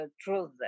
truth